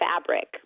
fabric